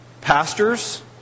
pastors